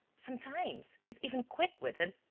sometimes he's even quick-witted.